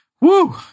Woo